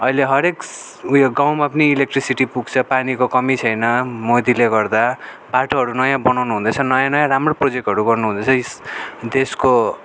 अहिले हरेक उयो गाउँमा पनि इलेक्ट्रिसिटी पुग्छ पानीको कमी छैन मोदीले गर्दा बाटोहरू नयाँ बनाउनु हुँदैछ नयाँ नयाँ राम्रो प्रोजेक्टहरू गर्नु हुँदैछ इस देशको